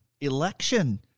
election